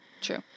true